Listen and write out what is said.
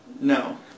No